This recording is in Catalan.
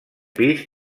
pis